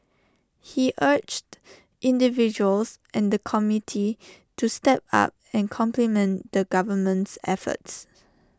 he urged individuals and the community to step up and complement the government's efforts